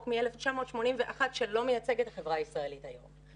מ-1981 שלא מייצג את החברה הישראלית היום.